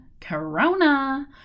Corona